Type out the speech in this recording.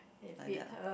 like that lah